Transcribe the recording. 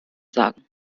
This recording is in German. sagen